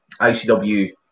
ICW